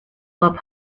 love